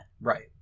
Right